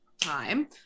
time